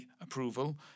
approval